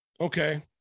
okay